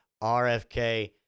RFK